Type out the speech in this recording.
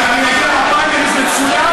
אז אני אגיע לפריימריז מצוין,